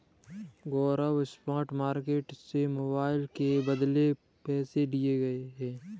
गौरव spot market से mobile के बदले पैसे लिए हैं